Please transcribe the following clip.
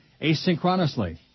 asynchronously